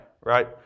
right